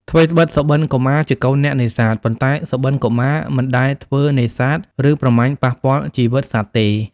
ថ្វីត្បិត សុបិនកុមារជាកូនអ្នកនេសាទ ប៉ុន្តែ សុបិនកុមារ មិន ដែលធ្វើនេសាទ ឬប្រមាញ់ប៉ះពាល់ជីវិតសត្វទេ ។